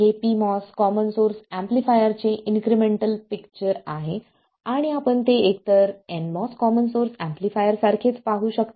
हे pMOS common source एम्पलीफायरचे incremental picture आहे आणि आपण ते एकतर nMOS कॉमन सोर्स एम्पलीफायरसारखेच पाहू शकता